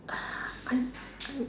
I I